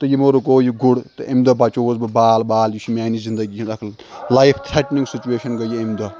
تہٕ یِمو رُکوٚو یہِ گُڑ تہٕ اَمہِ دۄہ بَچیووُس بہٕ بال بال تہٕ یہِ چھِ میٚانِہ زندٕگی ہُنٛد اَکھ لایِف تھرٛٹنںٛگ سِچویشَن گٔیِے یہِ اَمہِ دۄہ